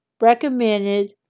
recommended